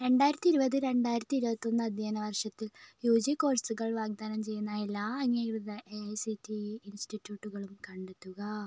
രണ്ടായിരത്തി ഇരുപത് രണ്ടായിരത്തി ഇരുപത്തിയൊന്ന് അധ്യയന വർഷത്തിൽ യു ജി കോഴ്സുകൾ വാഗ്ദാനം ചെയ്യുന്ന എല്ലാ അംഗീകൃത A I C T E ഇൻസ്റ്റിറ്റ്യൂട്ടുകളും കണ്ടെത്തുക